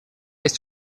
есть